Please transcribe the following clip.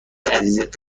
عزیزت